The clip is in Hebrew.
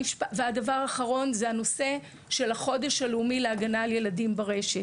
הדבר האחרון זה הנושא של החודש הלאומי להגנה על ילדים ברשת.